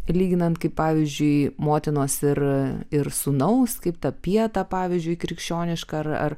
lyginant kaip pavyzdžiui motinos ir ir sūnaus kaip ta pieta pavyzdžiui krikščioniška ar ar